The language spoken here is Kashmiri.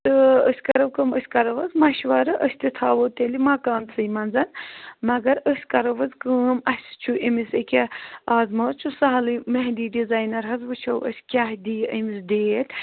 تہٕ أسۍ کرو کٲم أسۍ کرو حظ مشورٕ أسۍ تہِ تھاوَو تیٚلہِ مکانسٕے منٛز مگر أسۍ کرو حظ کٲم اَسہِ چھُ أمِس أکیٛاہ اَز ما حظ چھُ سہلٕے مہنٛدی ڈِزاینر حظ وُچھُو أسۍ کیٛاہ دِیہِ أمِس ڈیٹ